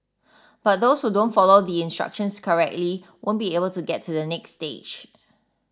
but those who don't follow the instructions correctly won't be able to get to the next stage